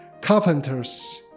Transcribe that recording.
carpenters